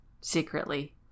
secretly